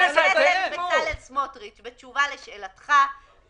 בסוף הרציונל מתקיים.